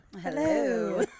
Hello